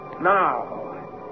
Now